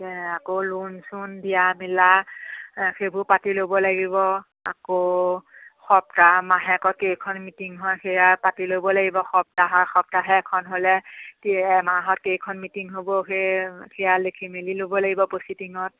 এ আকৌ লোন চোণ দিয়া মেলা সেইবোৰ পাতি ল'ব লাগিব আকৌ সপ্তাহ মাহেকত কেইখন মিটিং হয় সেয়া পাতি ল'ব লাগিব সপ্তাহৰ সপ্তাহে এখন হ'লে এমাহত কেইখন মিটিং হ'ব সেই সেয়া লিখি মেলি ল'ব লাগিব প্ৰচিটিঙত